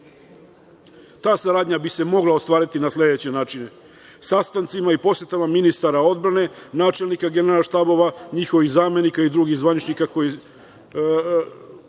Ta saradnja bi se mogla ostvariti na sledeće načine, sastancima i posetama ministara odbrane, načelnika Generalštaba, njihovih zamenika i drugih zvaničnika koje